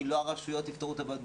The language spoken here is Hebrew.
כי לא הרשויות יפתרו את הבעיות.